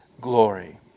glory